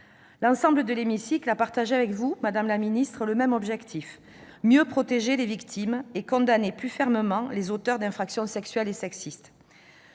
des membres de cet hémicycle a partagé avec vous, madame la secrétaire d'État, le même objectif : mieux protéger les victimes et condamner plus fermement les auteurs d'infractions sexuelles et sexistes.